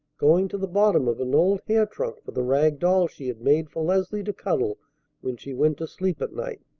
going to the bottom of an old hair trunk for the rag doll she had made for leslie to cuddle when she went to sleep at night.